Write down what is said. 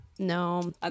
no